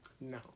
No